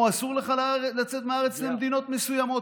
או אסור לך לצאת מהארץ למדינות מסוימות.